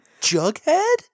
Jughead